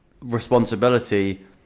responsibility